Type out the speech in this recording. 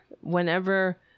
whenever